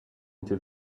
into